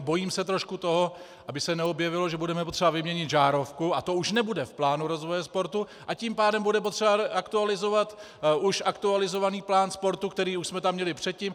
Bojím se trošku toho, aby se neobjevilo, že budeme potřeba vyměnit žárovku a to už nebude v plánu rozvoje sportu, a tím pádem bude potřeba aktualizovat už aktualizovaný plán sportu, který už jsme tam měli předtím.